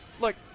look